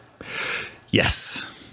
Yes